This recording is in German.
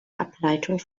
ableitung